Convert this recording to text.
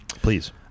Please